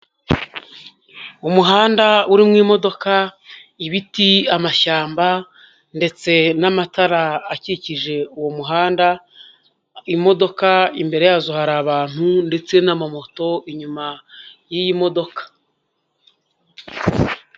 Umuhanda uririmo imodoka, ibiti, amashyamba ndetse n'amatara akikije uwo muhanda, imodoka imbere yazo hari abantu ndetse n'amamoto inyuma y'iyi modoka.